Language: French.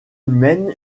mène